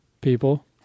people